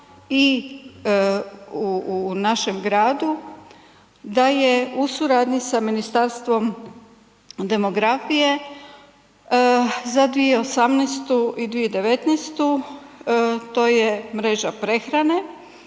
i u našem gradu da je u suradnji sa Ministarstvom demografije za 2018. i 2019. to je mreža prehrane